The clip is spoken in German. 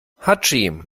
hatschi